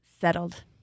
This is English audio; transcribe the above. settled